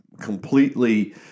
completely